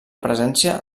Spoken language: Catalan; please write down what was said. presència